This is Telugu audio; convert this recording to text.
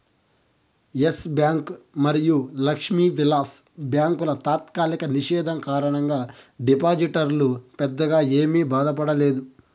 ఎస్ బ్యాంక్ మరియు లక్ష్మీ విలాస్ బ్యాంకుల తాత్కాలిక నిషేధం కారణంగా డిపాజిటర్లు పెద్దగా ఏమీ బాధపడలేదు